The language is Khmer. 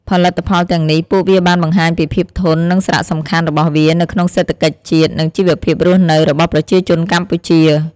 ផលិតផលទាំងនេះ ពួកវាបានបង្ហាញពីភាពធន់ និងសារៈសំខាន់របស់វានៅក្នុងសេដ្ឋកិច្ចជាតិ និងជិវភាពរស់នៅរបស់ប្រជាជនកម្ពុជា។